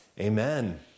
amen